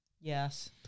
Yes